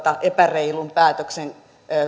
epäreilun päätöksen